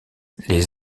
les